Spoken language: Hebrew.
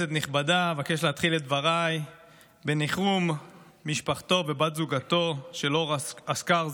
להתחיל את דבריי בניחום משפחתו ובת זוגו של אור אשכר,